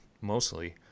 mostly